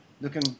looking